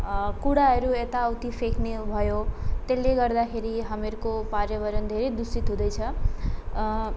कुँडाहरू यताउति फ्याँक्ने भयो त्यसले गर्दाखेरि हाम्रो पर्यावरण धेरै दूषित हुँदैछ